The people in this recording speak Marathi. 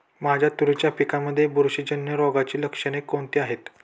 माझ्या तुरीच्या पिकामध्ये बुरशीजन्य रोगाची लक्षणे कोणती आहेत?